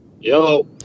Yo